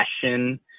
passion